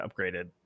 upgraded